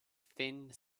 thin